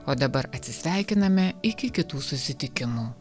o dabar atsisveikiname iki kitų susitikimų